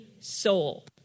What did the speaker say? soul